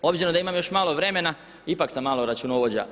Obzirom da imam još malo vremena ipak sam malo računovođa.